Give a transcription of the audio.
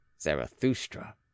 Zarathustra